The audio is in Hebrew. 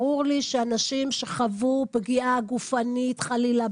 ברור לי שאנשים שחוו פגיעה גופנית חלילה,